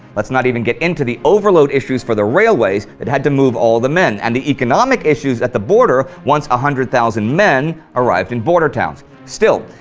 let's not even get into the overload issues for the railways that had to move all the men, and the economic issues at the border once one hundred thousand men arrived in border towns. still,